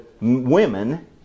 women